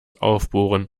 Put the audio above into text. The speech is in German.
aufbohren